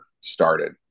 started